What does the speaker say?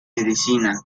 medicina